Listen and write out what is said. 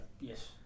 Yes